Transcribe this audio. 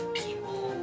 people